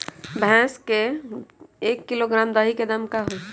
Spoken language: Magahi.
भैस के एक किलोग्राम दही के दाम का होई?